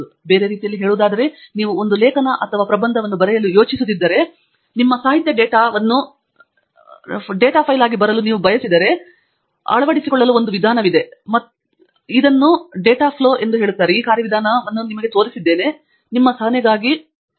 ಬೇರೆ ರೀತಿಯಲ್ಲಿ ಹೇಳುವುದಾದರೆ ನೀವು ಒಂದು ಲೇಖನ ಅಥವಾ ಪ್ರಬಂಧವನ್ನು ಬರೆಯಲು ಯೋಜಿಸುತ್ತಿದ್ದರೆ ಮತ್ತು ನಿಮ್ಮ ಸಾಹಿತ್ಯ ಡೇಟಾವನ್ನು ಡೇಟಾ ಫೈಲ್ ಆಗಿ ಬರಲು ನೀವು ಬಯಸಿದರೆ ನಂತರ ಅಳವಡಿಸಿಕೊಳ್ಳಲು ಒಂದು ವಿಧಾನವಿದೆ ಮತ್ತು ಇಲ್ಲಿ ನಾನು ಆ ಕಾರ್ಯವಿಧಾನಕ್ಕಾಗಿ ನಿಮಗೆ ಡೇಟಾ ಹರಿವನ್ನು ತೋರಿಸಿದ್ದೇನೆ